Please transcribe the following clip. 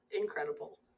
incredible